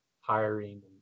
hiring